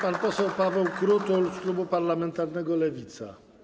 Pan poseł Paweł Krutul z klubu parlamentarnego Lewica.